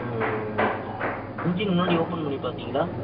ம் ம் ம் ம் இன்ஜின் முன்னாடி ஓப்பன் பண்ணி பார்த்தீங்களா